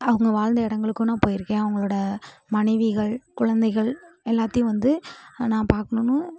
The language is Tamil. அவங்க வாழ்ந்த இடங்களுக்கும் நான் போயிருக்கேன் அவங்களோட மனைவிகள் குழந்தைகள் எல்லாத்தையும் வந்து நான் பார்க்கணுன்னு